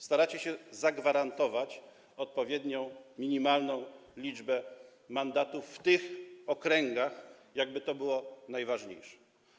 Staracie się zagwarantować odpowiednią minimalną liczbę mandatów w tych okręgach, jakby to było najważniejsze.